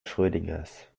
schrödingers